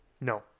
No